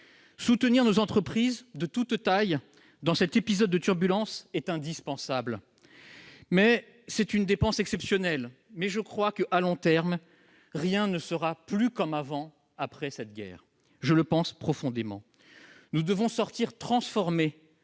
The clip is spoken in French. Soutenir nos entreprises, de toutes tailles, dans cet épisode de turbulences, est indispensable. C'est une dépense exceptionnelle, mais, à long terme, rien ne sera plus comme avant cette guerre. Je le pense profondément. Nous devons sortir transformés